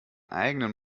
eigenen